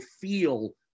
feel